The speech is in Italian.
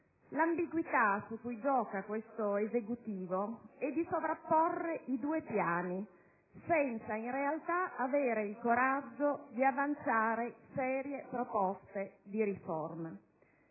L'ambiguità su cui gioca questo Esecutivo è di sovrapporre i due piani senza avere in realtà il coraggio di avanzare serie proposte di riforma.